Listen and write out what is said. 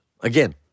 again